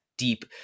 deep